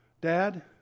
dad